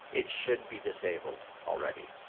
it should be disabled already.